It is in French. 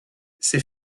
ces